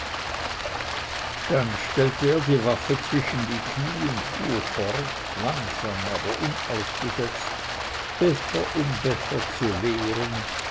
dann stellte er die waffe zwischen die kniee und fuhr fort langsam aber unausgesetzt becher um becher zu leeren